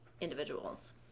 individuals